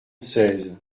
seize